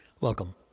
Welcome